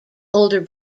older